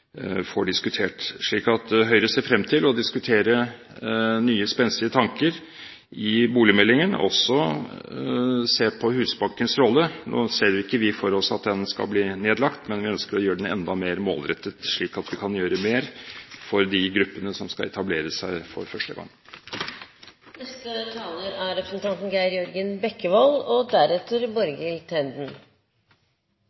får diskutert. Høyre ser frem til å diskutere nye, spenstige tanker i boligmeldingen, også å se på Husbankens rolle. Nå ser ikke vi for oss at den skal bli nedlagt, men vi ønsker å gjøre den enda mer målrettet, slik at vi kan gjøre mer for de gruppene som skal etablere seg for første gang. Forslagene er allerede tatt opp av representanten